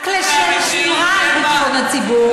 רק לשם שמירה על ביטחון הציבור,